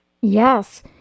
Yes